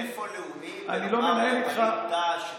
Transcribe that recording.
איפה לאומי ולומר על ווליד טאהא,